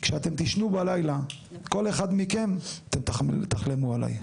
כשאתם תישנו בלילה, כל אחד מכם, אתם תחלמו עליי.